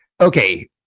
Okay